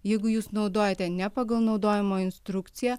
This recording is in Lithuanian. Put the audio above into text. jeigu jūs naudojate ne pagal naudojimo instrukciją